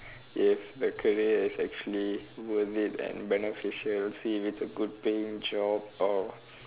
if the career is actually worth it and beneficial see if it's a good paying job or